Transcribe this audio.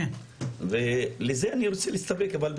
אני רוצה להסתפק בזה.